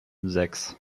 sechs